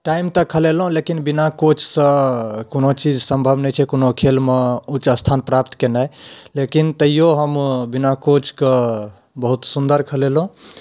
time तक खेलेलहुँ लेकिन बिना कोचसँ कोनो चीज सम्भव नहि छै कोनो खेले उच्च स्थान प्राप्त केनाइ लेकिन तैयो हम बिना कोचके बहुत सुन्दर खेलेलहुँ